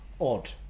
odd